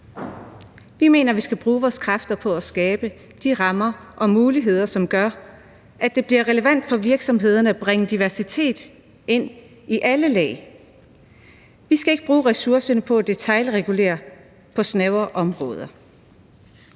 Vi mener, vi skal bruge vores kræfter på at skabe de rammer og muligheder, som gør, at det bliver relevant for virksomhederne at bringe diversitet ind i alle lag. Vi skal ikke bruge ressourcerne på at detailregulere på snævre områder.